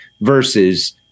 versus